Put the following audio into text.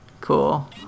Cool